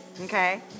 okay